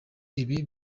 ibi